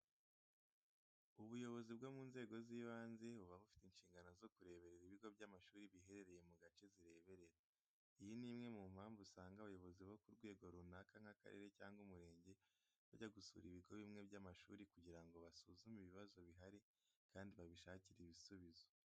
Ubuyobozi bwo mu nzego z'ibanze buba bufite inshingano zo kureberera ibigo by'amashuri biherereye mu gace zireberera. Iyi ni imwe mu mpamvu usanga abayobozi bo ku rwego runaka nk'akarere cyangwa umurenge bajya gusura ibigo bimwe by'amashuri kugira ngo basuzume ibibazo bihari kandi babishakire ibisubizo.